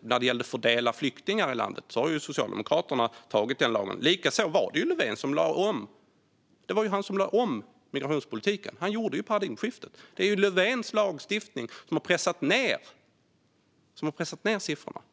När det gäller att fördela flyktingar i landet har alltså Socialdemokraterna antagit den lagen. Likaså var det Löfven som lade om migrationspolitiken. Han genomförde paradigmskiftet. Det är Löfvens lagstiftning som har pressat ned siffrorna. Om